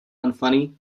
unfunny